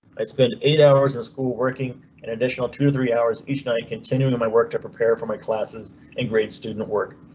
i spent eight hours in school working an additional two, three hours each night, continuing my work to prepare for my classes in grade student work.